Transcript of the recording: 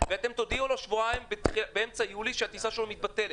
ואתם תודיעו לו באמצע יולי שהטיסה שלו מתבטלת?